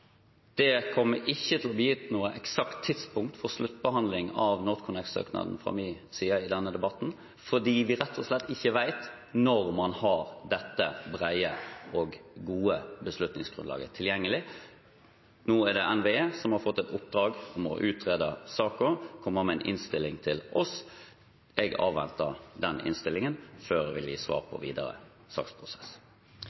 Det kommer ikke til å bli gitt noe eksakt tidspunkt for sluttbehandling av NorthConnect-søknaden fra min side i denne debatten fordi vi rett og slett ikke vet når man har dette brede og gode beslutningsgrunnlaget tilgjengelig. Nå er det NVE som har fått et oppdrag om å utrede saken og komme med en innstilling til oss. Jeg avventer den innstillingen før jeg vil gi svar på